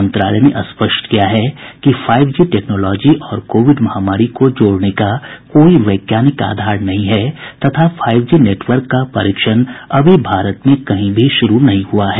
मंत्रालय ने स्पष्ट किया है कि फाइव जी टेक्नोलॉजी और कोविड महामारी को जोड़ने का कोई वैज्ञानिक आधार नहीं है तथा फाइव जी नेटवर्क का परीक्षण अभी भारत में कहीं भी शुरू नहीं हुआ है